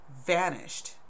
vanished